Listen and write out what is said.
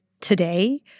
today